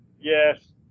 Yes